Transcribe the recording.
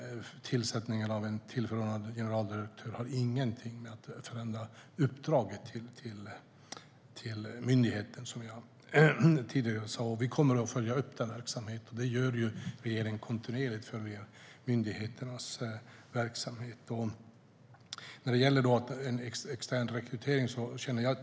Tillsättningen av en tillförordnad generaldirektör har ingenting att göra med en förändring av uppdraget till myndigheten. Vi kommer att följa upp verksamheten. Regeringen följer kontinuerligt upp myndigheternas verksamhet. Jag känner mig trygg med den externa rekryteringen.